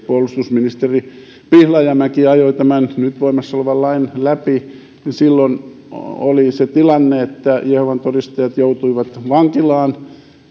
puolustusministeri pihlajamäki ajoi tämän nyt voimassa olevan lain läpi niin silloin oli se tilanne että jehovan todistajat joutuivat vankilaan